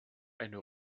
eine